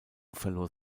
verlor